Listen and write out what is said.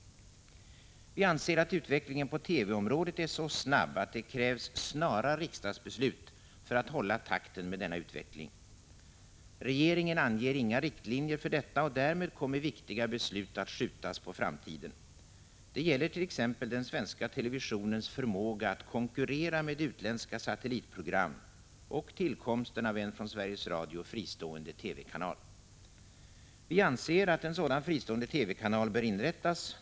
Vi anser att utvecklingen på TV-området är så snabb att det krävs snara riksdagsbeslut för att hålla takten med denna utveckling. Regeringen anger inga riktlinjer för detta, och därmed kommer viktiga beslut att skjutas på framtiden. Det gäller t.ex. den svenska televisionens förmåga att konkurrera med utländska satellitprogram och tillkomsten av en från Sveriges Radio fristående TV-kanal. Vi anser att en fristående TV-kanal bör inrättas.